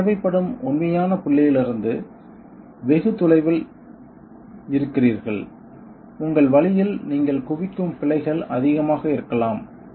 நீங்கள் தேவைப்படும் உண்மையான புள்ளியிலிருந்து வெகு தொலைவில் இருக்கிறீர்கள் உங்கள் வழியில் நீங்கள் குவிக்கும் பிழைகள் அதிகமாக இருக்கலாம்